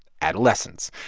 adolescence.